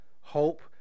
hope